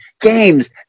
Games